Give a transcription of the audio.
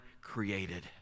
created